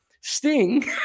Sting